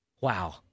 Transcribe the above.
Wow